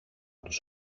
τους